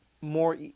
more